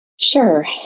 Sure